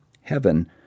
Heaven